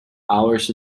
hours